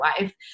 life